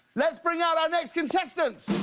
let's bring out our next contestant!